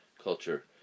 culture